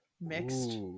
mixed